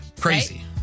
crazy